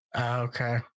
Okay